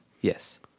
Yes